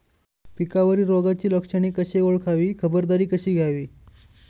पिकावरील रोगाची लक्षणे कशी ओळखावी, खबरदारी कशी घ्यावी?